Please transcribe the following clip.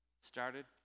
Started